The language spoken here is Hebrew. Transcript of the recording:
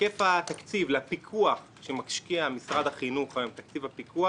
ההיקף שמשקיע משרד החינוך בתקציב הפיקוח